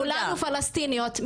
אנחנו כולנו פלסטיניות ,